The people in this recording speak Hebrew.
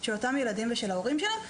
של אותם ילדים ושל ההורים שלהם.